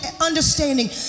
understanding